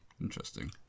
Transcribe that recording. Interesting